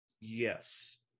Yes